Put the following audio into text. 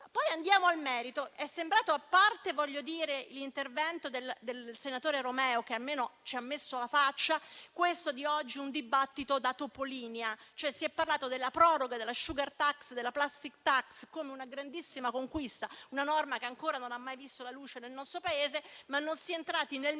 Andiamo al merito. A parte l'intervento del senatore Romeo, che almeno ci ha messo la faccia, questo di oggi è un dibattito da Topolinia. Si è parlato della proroga della *sugar tax* e della *plastic tax* come di una grandissima conquista - una norma che ancora non ha mai visto la luce nel nostro Paese - ma non si è entrati nel merito